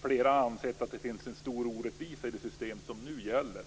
flera ansett att det finns en stor orättvisa i det system som nu gäller.